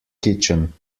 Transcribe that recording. kitchen